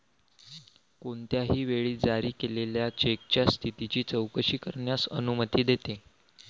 कोणत्याही वेळी जारी केलेल्या चेकच्या स्थितीची चौकशी करण्यास अनुमती देते